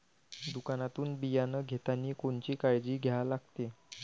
दुकानातून बियानं घेतानी कोनची काळजी घ्या लागते?